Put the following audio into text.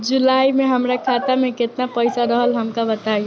जुलाई में हमरा खाता में केतना पईसा रहल हमका बताई?